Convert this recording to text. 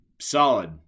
solid